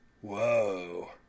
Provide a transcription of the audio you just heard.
Whoa